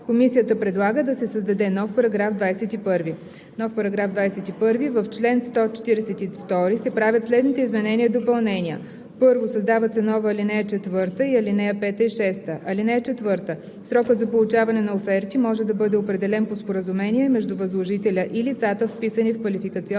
Комисията предлага да се създаде нов § 21: „§ 21. В чл. 142 се правят следните изменения и допълнения: „1. Създават се нова ал. 4 и ал. 5 и 6: „(4) Срокът за получаване на оферти може да бъде определен по споразумение между възложителя и лицата, вписани в квалификационната